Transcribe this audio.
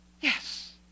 Yes